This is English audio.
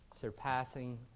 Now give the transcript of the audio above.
surpassing